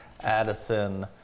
Addison